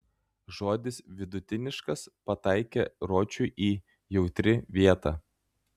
žodis vidutiniškas pataikė ročui į jautri vietą